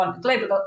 global